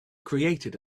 created